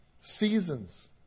Seasons